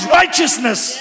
righteousness